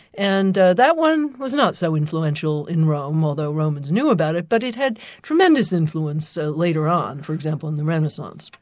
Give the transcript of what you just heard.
and that one was not so influential in rome, although romans knew about it, but it had tremendous influence so later on, for example in the renaissance.